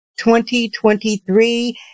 2023